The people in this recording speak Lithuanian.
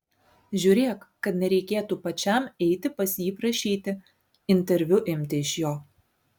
žiūrėk kad nereikėtų pačiam eiti pas jį prašyti interviu imti iš jo